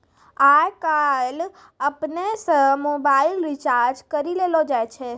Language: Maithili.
आय काइल अपनै से मोबाइल रिचार्ज करी लेलो जाय छै